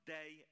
day